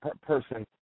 person